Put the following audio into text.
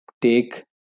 take